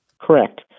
Correct